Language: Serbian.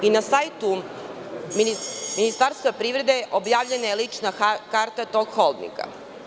Na sajtu Ministarstva privrede objavljena je lična karta tog holdinga.